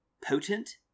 potent